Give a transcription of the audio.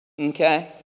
okay